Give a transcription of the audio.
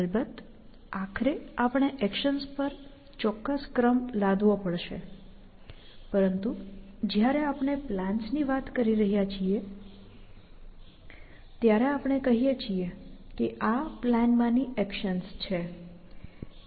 અલબત્ત આખરે આપણે એક્શન્સ પર ચોક્કસ ક્રમ લાદવો પડશે પરંતુ જ્યારે આપણે પ્લાન્સની વાત કરી રહ્યા છીએ ત્યારે આપણે કહીએ છીએ કે આ પ્લાનમાંની એક્શન્સ છે